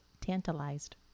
Tantalized